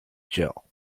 jill